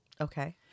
Okay